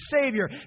Savior